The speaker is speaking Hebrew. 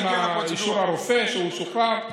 כי הוא יגיע עם אישור הרופא שהוא שוחרר,